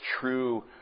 true